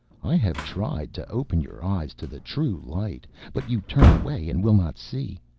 i have tried to open your eyes to the true light, but you turn away and will not see.